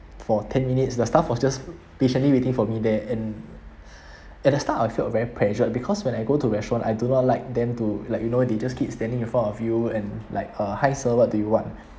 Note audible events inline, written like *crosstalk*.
for ten minutes the staff was just patiently waiting for me there and *breath* at the start I felt very pressured because when I go to restaurant I do not like them to like you know they just keep standing in front of you and like uh hi sir what do you want